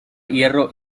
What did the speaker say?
hierro